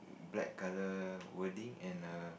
black colour wording and a